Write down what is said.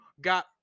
got